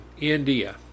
India